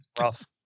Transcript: Rough